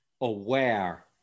aware